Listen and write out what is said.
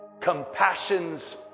compassion's